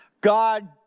God